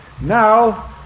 Now